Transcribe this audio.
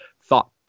thought